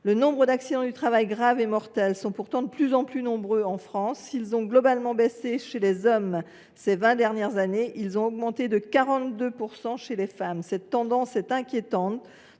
Les accidents du travail graves ou mortels sont pourtant de plus en plus nombreux en France : s’ils ont globalement baissé chez les hommes ces vingt dernières années, ils ont augmenté de 42 % chez les femmes. Cette tendance est d’autant